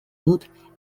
dut